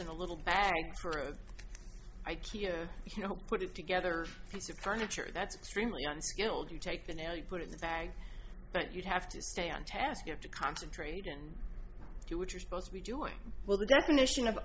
in a little bag for ikea you know put it together once upon a chair that's extremely unskilled you take the nail you put in the bag but you'd have to stay on task you have to concentrate and do what you're supposed to be doing well the definition of